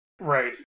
Right